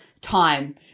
time